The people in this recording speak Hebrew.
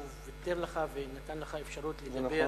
שהוא ויתר לך ונתן לך אפשרות לדבר,